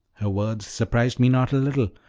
her words surprised me not a little,